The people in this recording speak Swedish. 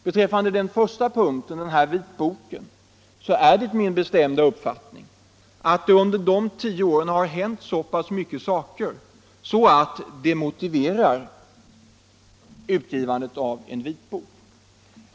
Beträffande den första punkten — vitboken — är det min bestämda uppfattning att det under de tio åren har hänt så pass mycket att det motiverar utgivandet av en vitbok.